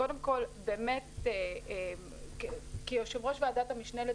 קודם כל באמת כיו"ר ועדת המשנה לצרכנות,